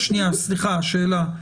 שאלה,